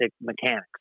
mechanics